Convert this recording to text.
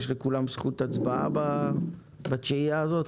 יש לכולם זכות הצבעה בתשיעייה הזאת?